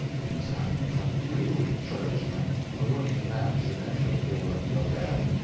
if he sat in the front pew in church, and a working man should enter the door at the other end,